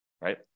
right